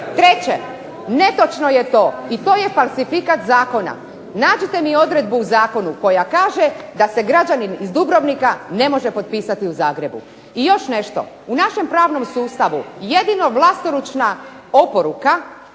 Treće, netočno je to i to je falsifikat zakona, nađite mi odredbu u zakonu koja kaže da se građanin iz Dubrovnika ne može potpisati u Zagrebu. I još nešto, u našem pravnom sustavu jedino vlastoručna oporuka